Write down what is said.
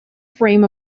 frame